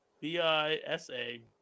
b-i-s-a